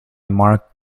mark